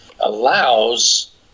allows